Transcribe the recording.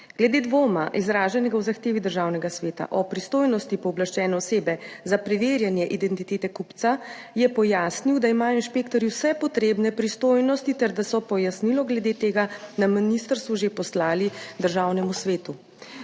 Glede dvoma, izraženega v zahtevi Državnega sveta, o pristojnosti pooblaščene osebe za preverjanje identitete kupca, je pojasnil, da imajo inšpektorji vse potrebne pristojnosti ter da so pojasnilo glede tega iz ministrstva že poslali Državnemu svetu.